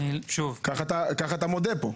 כך אתה מודה פה.